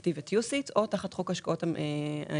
או להיות תחת חוק השקעות אמריקאי.